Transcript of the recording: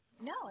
No